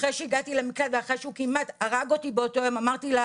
אחרי שהגעתי למקלט ואחרי שהוא כמעט הרג אותי באותו היום אמרתי לה